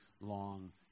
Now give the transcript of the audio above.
long